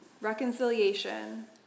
Reconciliation